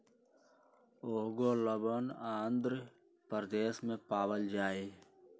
ओंगोलवन आंध्र प्रदेश में पावल जाहई